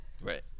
right